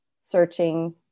searching